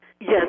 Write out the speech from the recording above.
Yes